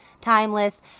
timeless